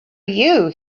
you